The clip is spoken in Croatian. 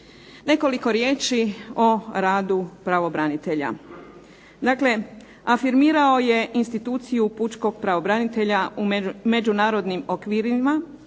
Nekoliko riječi o radu pravobranitelja. Dakle, afirmirao je instituciju pučkog pravobranitelja u međunarodnim okvirima,